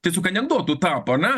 tiesiog anekdotu tapo ar ne